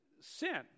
sin